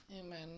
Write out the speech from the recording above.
Amen